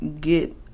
get